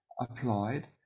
applied